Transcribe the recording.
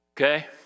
Okay